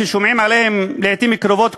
ששומעים עליהן לעתים קרובות,